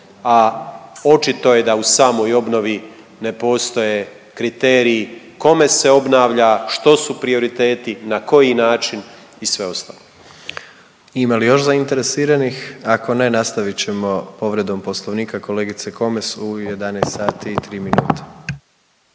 a očito je da u samoj obnovi ne postoje kriteriji kome se obnavlja, što su prioriteti, na koji način i sve ostalo. **Jandroković, Gordan (HDZ)** Ima li još zainteresiranih? Ako ne, nastavit ćemo povredom Poslovnika kolegice Komes u 11